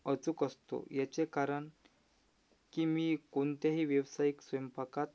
अचूक असतो याचे कारण की मी कोणत्याही व्यावसायिक स्वयंपाकात